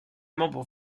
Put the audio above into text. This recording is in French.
membre